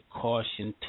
caution